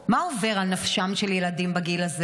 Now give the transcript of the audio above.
מה עובר על נפשם של ילדים בגיל הזה?